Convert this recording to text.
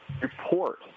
report